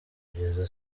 kugeza